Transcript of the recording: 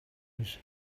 lose